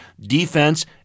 defense